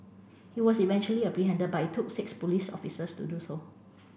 he was eventually apprehended but it took six police officers to do so